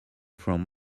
from